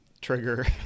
trigger